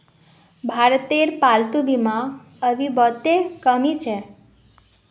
भारतत पालतू बीमा अभी बहुत कम ह छेक